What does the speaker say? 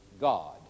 God